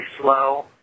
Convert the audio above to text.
slow